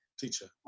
Teacher